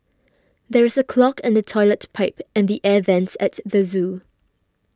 there is a clog in the Toilet Pipe and the Air Vents at the zoo